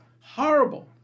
horrible